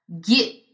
get